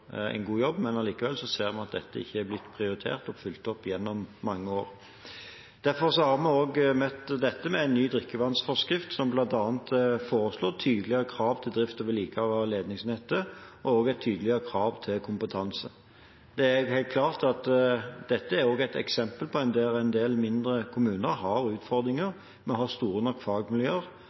en god jobb, men allikevel ser vi at dette ikke er blitt prioritert og fulgt opp gjennom mange år. Derfor har vi også møtt dette med en ny drikkevannsforskrift, som bl.a. foreslår tydeligere krav til drift og vedlikehold av ledningsnettet, og også et tydeligere krav til kompetanse. Det er helt klart at dette er et eksempel på at en del mindre kommuner har utfordringer med hensyn til å ha store nok fagmiljøer